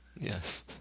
Yes